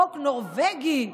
חוק נורבגי,